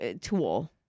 tool